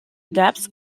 depth